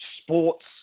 sports